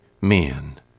men